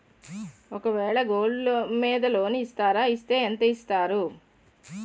ఒక వేల గోల్డ్ మీద లోన్ ఇస్తారా? ఇస్తే ఎంత ఇస్తారు?